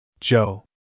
Joe